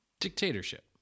Dictatorship